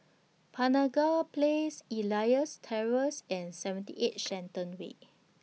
Penaga Place Elias Terrace and seventy eight Shenton Way